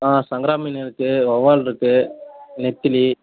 ஆ சங்கரா மீன் இருக்கு வவ்வால் இருக்கு நெத்திலி